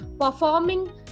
performing